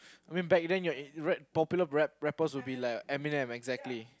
I mean back then you are in rap popular rappers would be like Eminem exactly